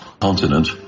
continent